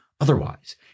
otherwise